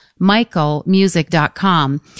michaelmusic.com